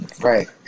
Right